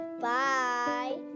Bye